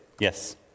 Yes